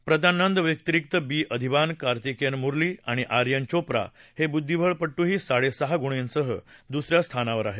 प्रज्ञानंदव्यतिरिक B Adhiban Karthikeyan Murali आणि आर्यन चोप्रा हे बुद्धिबळपटूही साडेसहा गुणांसह दुसऱ्या स्थानावर आहेत